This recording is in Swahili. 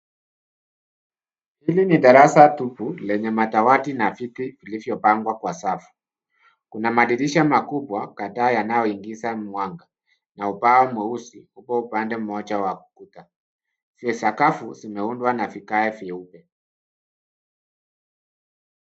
Hili ni darasa tupu lenye madawati na viti viliyopangwa kwa safu. Kuna madirisha makubwa kadhaa yanayoingiza mwanga na ubao mweusi upo upande mmoja wa ukuta. sakafu imeundwa na vigae vyeupe.